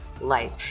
life